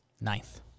Ninth